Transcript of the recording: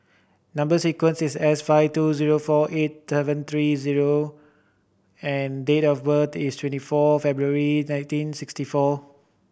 number sequence is S five two zero four eight seven three zero and date of birth is twenty four February nineteen sixty four